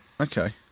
Okay